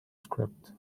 script